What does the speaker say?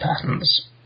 patterns